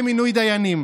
ליבך.